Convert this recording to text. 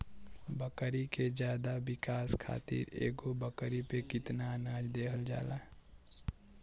बकरी के ज्यादा विकास खातिर एगो बकरी पे कितना अनाज देहल जाला?